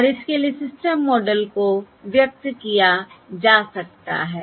और इसके लिए सिस्टम मॉडल को व्यक्त किया जा सकता है